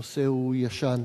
הנושא הוא ישן,